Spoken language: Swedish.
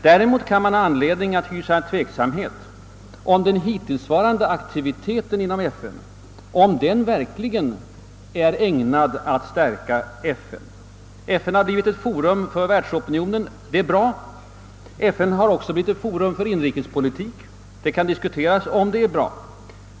Däremot kan man ha anledning att ifrågasätta, om den hittillsvarande aktiviteten inom FN verkligen är ägnad att stärka organisationen. FN har blivit ett forum för världsopinionen — det är bra. FN har också blivit ett forum för inrikespolitik — det kan diskuteras om det är bra.